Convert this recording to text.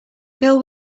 girl